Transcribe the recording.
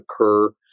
occur